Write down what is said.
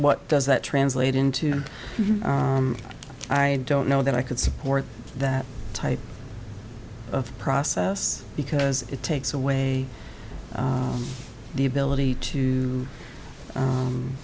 what does that translate into i don't know that i could support that type of process because it takes away the ability to